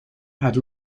had